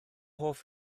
hoff